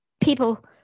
people